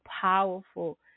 powerful